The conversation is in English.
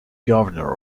governor